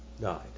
died